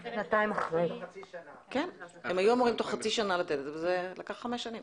הם היו אמורים תוך חצי שנה לתת וזה לקח חמש שנים.